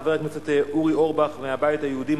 חבר הכנסת אורי אורבך מהבית היהודי,